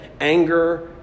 anger